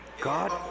God